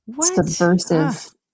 subversive